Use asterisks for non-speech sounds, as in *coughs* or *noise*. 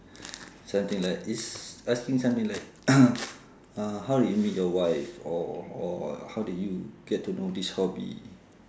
something like it's asking say something like *coughs* uh how did you meet your wife or or how did you get to know this hobby